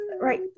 Right